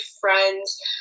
friends